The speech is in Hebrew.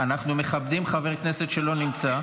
חברי הכנסת, אנחנו מכבדים חבר כנסת שלא נמצא.